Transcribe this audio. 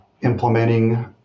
implementing